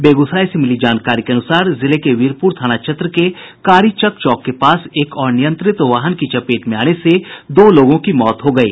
बेगूसराय मे मिली जानकारी के अनूसार जिले के वीरप्र थाना क्षेत्र के कारीचक चौक के पास एक अनियंत्रित वाहन की चपेट में आने से दो लोगों की मौत हो गयी